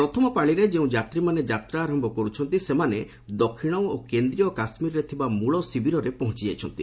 ପ୍ରଥମ ପାଳିରେ ଯେଉଁ ଯାତ୍ରୀମାନେ ଯାତ୍ରା ଆରମ୍ଭ କର୍ରଛନ୍ତି ସେମାନେ ଦକ୍ଷିଣ ଓ କେନ୍ଦ୍ରୀୟ କାଶ୍ରୀରରେ ଥିବା ମୂଳ ଶିବିରରେ ପହଞ୍ଚ ଯାଇଛନ୍ତି